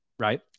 Right